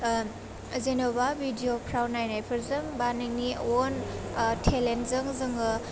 ओन जेन'बा भिडिअफ्राव नायनायफोरजों बा नोंनि वन आह टेलेन्टजों जोङो